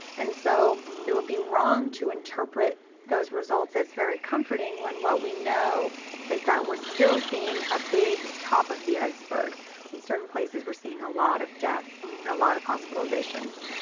and so it would be wrong to interpret those results as very comforting when what we know is that we're still seeing a big top of the iceberg in certain places. we're seeing a lot of deaths and a lot of hospitalizations